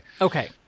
Okay